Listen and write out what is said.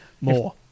more